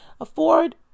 Afford